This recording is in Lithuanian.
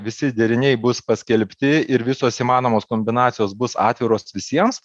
visi deriniai bus paskelbti ir visos įmanomos kombinacijos bus atviros visiems